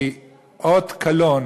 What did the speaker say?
היא אות קלון